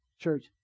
church